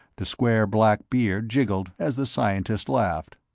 the square black beard jiggled as the scientist laughed.